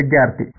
ವಿದ್ಯಾರ್ಥಿ